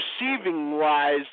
receiving-wise